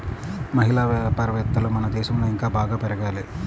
మహిళా వ్యాపారవేత్తలు మన దేశంలో ఇంకా బాగా పెరగాలి